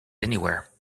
anywhere